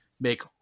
make